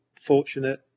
fortunate